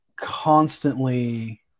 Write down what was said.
constantly